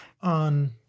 on